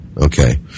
Okay